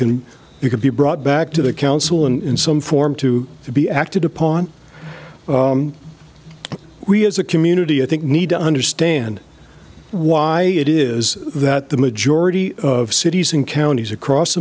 can we could be brought back to the council in some form to be acted upon we as a community i think need to understand why it is that the majority of cities and counties across